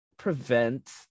prevent